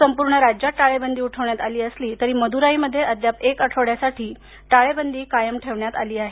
संपूर्ण राज्यात टाळेबंदी उठवण्यात आली असली तरी मदुराईमध्ये अद्याप एक आठवड्यासाठी टाळेबंदी कायम ठेवण्यात आली आहे